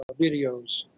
videos